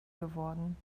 geworden